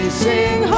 sing